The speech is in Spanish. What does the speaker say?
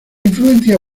influencia